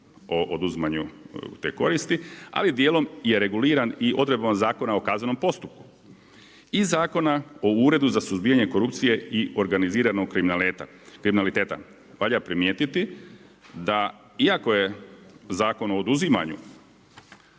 o oduzimanju te koristi ali dijelom je reguliran odredbama Zakona o kaznenom postupku i Zakona o uredu za suzbijanje korupcije i organiziranog kriminaliteta. Valja primijetiti da iako je Zakon o oduzimanju